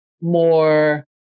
more